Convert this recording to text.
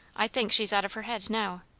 i think she's out of her head now.